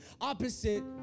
opposite